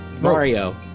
Mario